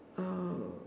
uh